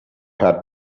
had